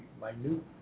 minute